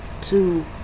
two